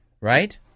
Right